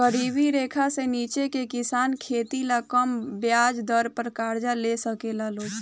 गरीबी रेखा से नीचे के किसान खेती ला कम ब्याज दर पर कर्जा ले साकेला लोग